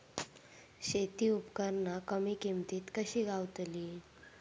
शेती उपकरणा कमी किमतीत कशी गावतली?